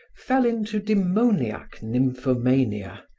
fell into demoniac nymphomania,